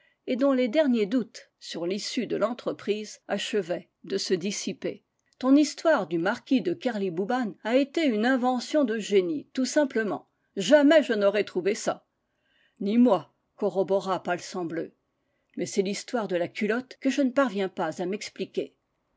et dont les derniers doutes sur i l'issue de l'entreprise achevaient de se dissiper ton his toire du marquis de kerlibouban a été une invention de génie tout simplement jamais je n'aurais trouvé ça ni moi corrobora palsambleu mais c'est l'histoire de la culotte que je ne parviens pas à m'expliquer